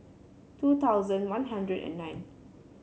two thousand One Hundred and nine